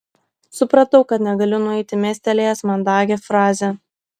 supratau kad negaliu nueiti mestelėjęs mandagią frazę